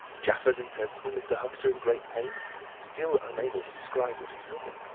jaffers insensible. mr. huxter in great pain still unable to describe what he saw.